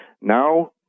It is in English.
now